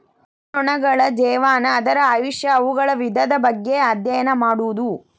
ಜೇನುನೊಣಗಳ ಜೇವನಾ, ಅದರ ಆಯುಷ್ಯಾ, ಅವುಗಳ ವಿಧದ ಬಗ್ಗೆ ಅದ್ಯಯನ ಮಾಡುದು